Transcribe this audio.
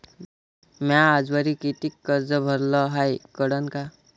म्या आजवरी कितीक कर्ज भरलं हाय कळन का?